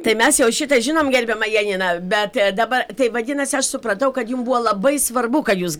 tai mes jau šitą žinom gerbiama janina bet dabar tai vadinasi aš supratau kad jums buvo labai svarbu kad jūs